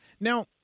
Now